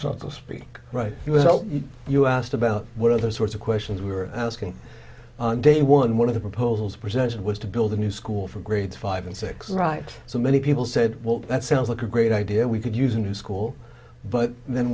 something speak right he was ok you asked about what other sorts of questions we were asking on day one one of the proposals presented was to build a new school for grades five and six right so many people said well that sounds like a great idea we could use a new school but then